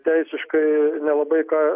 teisiškai nelabai ką